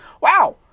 wow